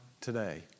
today